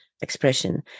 expression